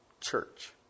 church